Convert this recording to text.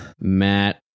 Matt